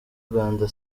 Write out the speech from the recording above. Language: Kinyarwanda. rwanda